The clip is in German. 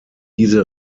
diese